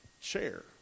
share